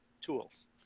tools